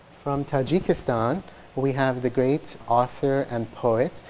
from tajikistan we have the great author and poet,